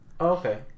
Okay